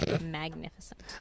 magnificent